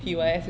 mm